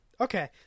Okay